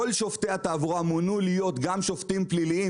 כל שופטי התעבורה מונו להיות גם שופטים פליליים,